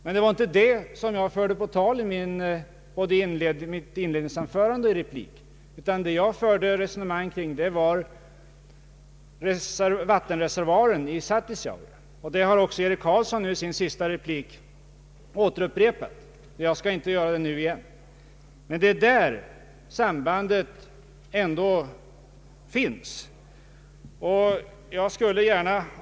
Men det var inte detta som jag förde på tal i mitt inledningsanförande och i min replik, utan jag förde resonemang om vattenreservoaren i Satisjaure, något som också herr Eric Carlsson i sin senaste replik var inne på — och jag skall därför inte upprepa det nu. Det är på denna punkt som sambandet ändå finns.